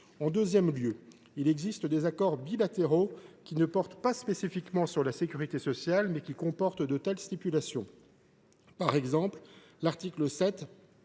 En deuxième lieu, il existe des accords bilatéraux qui ne portent pas spécifiquement sur la sécurité sociale, mais qui comportent de telles stipulations. Par exemple, l’article 7